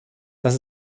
das